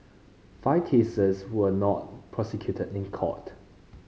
five cases were not prosecuted in court